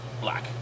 black